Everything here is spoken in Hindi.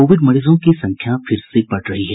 कोविड मरीजों की संख्या फिर से बढ़ रही है